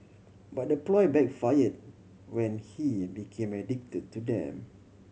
but the ploy backfired when he became addicted to them